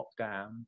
lockdown